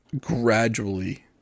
gradually